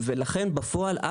ולכן בפועל,